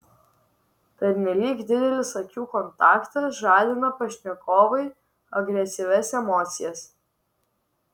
pernelyg didelis akių kontaktas žadina pašnekovui agresyvias emocijas